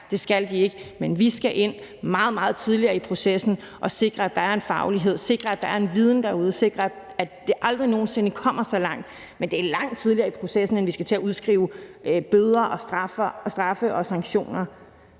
det skal de ikke, men vi skal ind meget, meget tidligere i processen og sikre, at der er en faglighed, sikre, at der er en viden derude, og sikre, at det aldrig nogen sinde kommer så langt, men det er langt tidligere i processen end der, hvor vi skal til at udskrive bøder, straffe og give sanktioner.